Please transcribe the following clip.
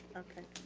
okay.